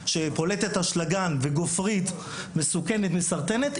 פולטת אשלגן וגופרית והיא מסכנת ומסרטנת,